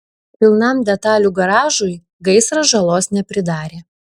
pilnam detalių garažui gaisras žalos nepridarė